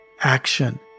action